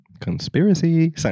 Conspiracy